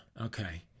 Okay